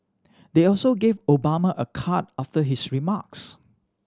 they also gave Obama a card after his remarks